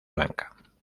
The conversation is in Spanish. blanca